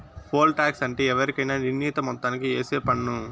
pole tax అంటే ఎవరికైనా నిర్ణీత మొత్తానికి ఏసే పన్ను